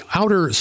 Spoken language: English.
outer